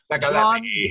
John